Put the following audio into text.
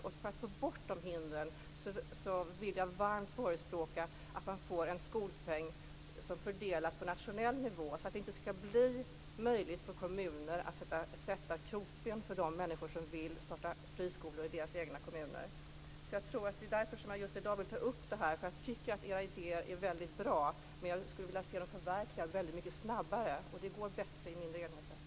För att få bort dessa hinder vill jag varmt förespråka att det införs en skolpeng som fördelas på nationell nivå, så att det inte blir möjligt för kommuner att sätta krokben för de människor som vill starta friskolor i de egna kommunerna. Det är därför som jag just i dag vill ta upp detta. Jag tycker nämligen att era idéer är mycket bra, men jag skulle vilja se dem förverkligade mycket snabbare, och det går bättre i mindre enheter.